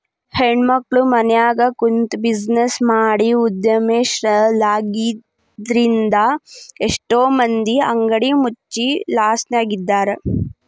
ಹೆಣ್ಮಕ್ಳು ಮನ್ಯಗ ಕುಂತ್ಬಿಜಿನೆಸ್ ಮಾಡಿ ಉದ್ಯಮಶೇಲ್ರಾಗಿದ್ರಿಂದಾ ಎಷ್ಟೋ ಮಂದಿ ಅಂಗಡಿ ಮುಚ್ಚಿ ಲಾಸ್ನ್ಯಗಿದ್ದಾರ